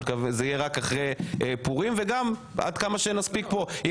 זה יהיה רק אחרי פורים וגם עד כמה שנספיק כאן.